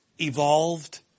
evolved